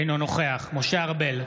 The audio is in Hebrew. אינו נוכח משה ארבל,